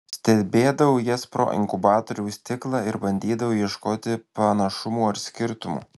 stebėdavau jas pro inkubatoriaus stiklą ir bandydavau ieškoti panašumų ar skirtumų